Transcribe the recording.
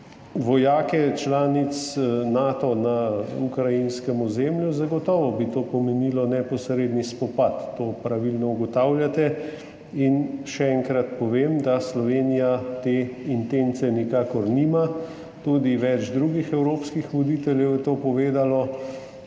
vojake članic Nata na ukrajinskem ozemlju, zagotovo pomenilo neposredni spopad, to pravilno ugotavljate. In še enkrat povem, da Slovenija te intence nikakor nima, tudi več drugih evropskih voditeljev je to povedalo,